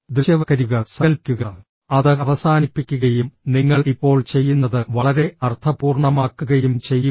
ദൃശ്യവൽക്കരിക്കുക സങ്കൽപ്പിക്കുക അത് അവസാനിപ്പിക്കുകയും നിങ്ങൾ ഇപ്പോൾ ചെയ്യുന്നത് വളരെ അർത്ഥപൂർണ്ണമാക്കുകയും ചെയ്യുക